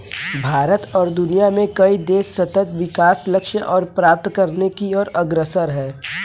भारत और दुनिया में कई देश सतत् विकास लक्ष्य को प्राप्त करने की ओर अग्रसर है